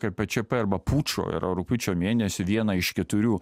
k p č p arba pučo ir rugpjūčio mėnesį vieną iš keturių